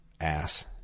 ass